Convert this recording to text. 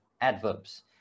adverbs